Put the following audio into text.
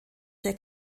der